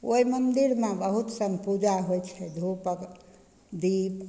ओइ मन्दिरमे बहुत सन पूजा होइ छै धुप अग दीप